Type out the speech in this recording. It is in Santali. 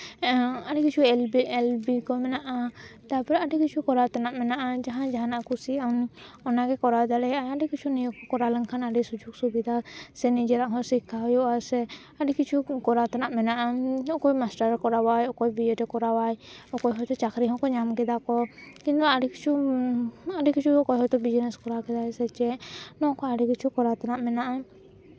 ᱟᱹᱰᱤ ᱠᱤᱪᱷᱩ ᱮᱞ ᱮᱞ ᱵᱤ ᱠᱚ ᱢᱮᱱᱟᱜᱼᱟ ᱛᱟᱨᱯᱚᱨᱮ ᱟᱹᱰᱤ ᱠᱤᱪᱷᱩ ᱠᱚᱨᱟᱣ ᱛᱮᱱᱟᱜ ᱢᱮᱱᱟᱜᱼᱟ ᱡᱟᱦᱟᱸᱭ ᱡᱟᱦᱟᱱᱟᱜ ᱠᱩᱥᱤᱭᱟᱜ ᱟᱢ ᱚᱱᱟᱜᱮ ᱠᱚᱨᱟᱣ ᱫᱟᱲᱮᱭᱟᱜ ᱟᱭ ᱟᱹᱰᱤ ᱠᱤᱪᱷᱩ ᱱᱤᱭᱟᱹ ᱠᱚ ᱠᱚᱨᱟᱣ ᱞᱮᱠᱷᱟᱱ ᱟᱹᱰᱤ ᱥᱩᱡᱳᱜᱽ ᱥᱩᱵᱤᱫᱷᱟ ᱥᱮ ᱱᱤᱡᱮᱨᱟᱜ ᱦᱚᱸ ᱥᱤᱠᱠᱷᱟ ᱦᱩᱭᱩᱜᱼᱟ ᱥᱮ ᱟᱹᱰᱤ ᱠᱤᱪᱷᱩ ᱠᱚᱨᱟᱣ ᱛᱮᱱᱟᱜ ᱢᱮᱱᱟᱜᱼᱟ ᱛᱤᱱᱟᱹᱜ ᱠᱚ ᱢᱟᱥᱴᱟᱨ ᱠᱚ ᱠᱚᱨᱟᱣᱟ ᱚᱠᱚᱭ ᱵᱤ ᱮᱰ ᱮ ᱠᱚᱨᱟᱣᱟ ᱚᱠᱚᱭ ᱦᱚᱭᱛᱳ ᱪᱟᱹᱠᱨᱤ ᱦᱚᱸᱠᱚ ᱧᱟᱢ ᱠᱮᱫᱟ ᱠᱚ ᱠᱤᱢᱵᱟ ᱟᱹᱰᱤ ᱠᱤᱪᱷᱩ ᱟᱹᱰᱤ ᱠᱤᱪᱷᱩ ᱚᱠᱚᱭ ᱦᱚᱭᱛᱳ ᱵᱤᱡᱽᱱᱮᱥ ᱠᱚᱨᱟᱣ ᱠᱮᱫᱟᱭ ᱥᱮ ᱪᱮᱫ ᱱᱚᱣᱟ ᱠᱚ ᱟᱹᱰᱤ ᱠᱤᱪᱷᱩ ᱠᱚᱨᱟᱣ ᱛᱮᱱᱟᱜ ᱢᱮᱱᱟᱜᱼᱟ